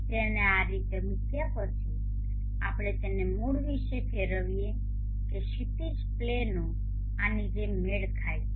તેને આ રીતે મૂક્યા પછી ચાલો આપણે તેને મૂળ વિશે ફેરવીએ કે ક્ષિતિજ પ્લેનો આની જેમ મેળ ખાય છે